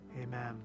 Amen